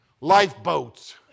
lifeboats